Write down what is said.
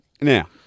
now